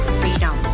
freedom